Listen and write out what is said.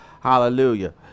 Hallelujah